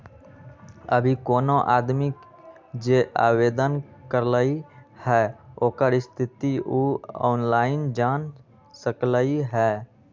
अभी कोनो आदमी जे आवेदन करलई ह ओकर स्थिति उ ऑनलाइन जान सकलई ह